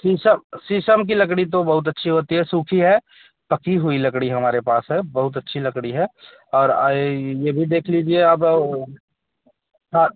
शीशम शीशम की लकड़ी तो बहुत अच्छी होती है सूखी है पकी हुई लकड़ी हमारे पास है बहुत अच्छी लकड़ी है और आए यह भी देख लीजिए अब हाँ